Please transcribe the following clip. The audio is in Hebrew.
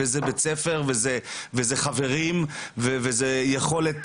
וזה בבית הספר וזה עם החברים וזה ביכולת